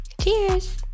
Cheers